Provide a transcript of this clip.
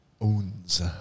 Owns